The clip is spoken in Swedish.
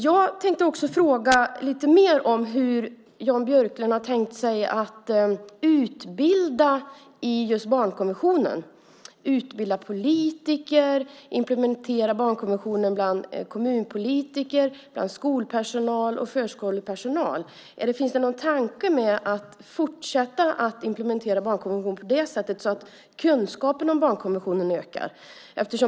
Jag tänkte också fråga lite mer om hur Jan Björklund har tänkt sig att utbilda i just barnkonventionen - utbilda politiker, implementera barnkonventionen bland kommunpolitiker, bland skolpersonal och förskolepersonal. Finns det någon tanke med att fortsätta implementera barnkonventionen på det sättet så att kunskapen om barnkonventionen ökar?